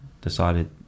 decided